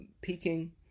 Peking